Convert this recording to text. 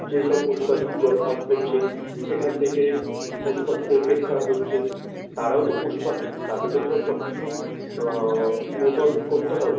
যেসব পশু পাখি জল পান করছে সেখান থেকে পশু পাখিদের পেট খারাপ হচ্ছে তারাও তো পশু পাখি তাদেরও তো সব কিছু ঠিক মতন করতে হবে